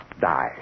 die